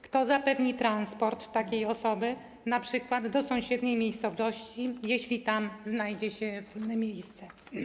Kto zapewni transport takiej osoby np. do sąsiedniej miejscowości, jeśli tam znajdzie się wolne miejsce?